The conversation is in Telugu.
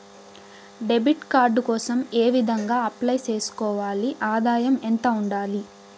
డెబిట్ కార్డు కోసం ఏ విధంగా అప్లై సేసుకోవాలి? ఆదాయం ఎంత ఉండాలి?